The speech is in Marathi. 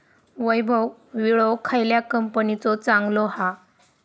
वैभव विळो खयल्या कंपनीचो चांगलो हा?